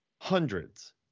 Hundreds